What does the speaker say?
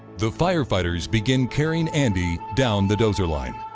the firefighters begin carrying andy down the dozer line.